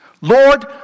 Lord